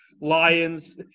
Lions